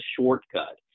shortcut